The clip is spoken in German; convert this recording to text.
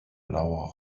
blauer